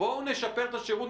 בואו נשפר את השירות,